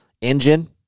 Engine